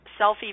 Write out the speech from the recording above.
selfie